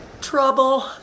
Trouble